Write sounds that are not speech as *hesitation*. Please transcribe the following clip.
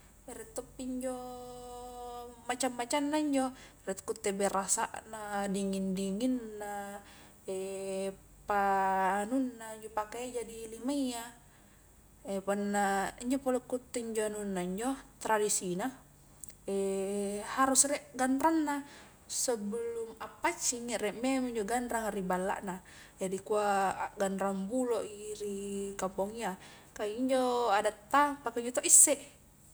Rie toppi injo macam-macamna njo, rie kutte berasa na, dingin-dinginna, *hesitation* pa anunna njo pakaeja di limayya, *hesitation* punna injo pole kutte njo anunna njo tradisina, *hesitation* harus rie ganrangna, sebelum appaccingi rie memeng njo ganrang ri ballana, jadi kua a ganrang buloi ri kampong iya, kah injo adatta pakunjo to isse.